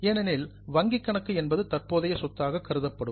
ஏனெனில் வங்கிக் கணக்கு என்பது தற்போதைய சொத்தாகக் கருதப்படும்